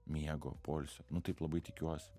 miego poilsio nu taip labai tikiuos